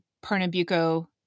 Pernambuco